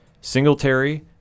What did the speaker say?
Singletary